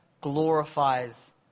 glorifies